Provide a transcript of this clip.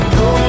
go